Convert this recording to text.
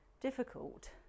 difficult